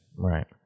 Right